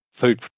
food